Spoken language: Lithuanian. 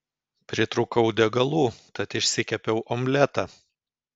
pritrūkau degalų tad išsikepiau omletą